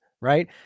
right